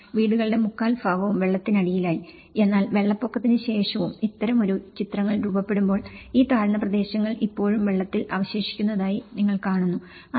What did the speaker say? വീടുകളുടെ മുക്കാൽ ഭാഗവും വെള്ളത്തിനടിയിലായി എന്നാൽ വെള്ളപ്പൊക്കത്തിന് ശേഷവും ഇത്തരമൊരു ചിത്രങ്ങൾ രൂപപ്പെടുമ്പോൾ ഈ താഴ്ന്ന പ്രദേശങ്ങൾ ഇപ്പോഴും വെള്ളത്തിൽ അവശേഷിക്കുന്നതായി നിങ്ങൾ കാണുന്നു അതാണ്